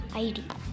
ID